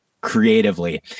creatively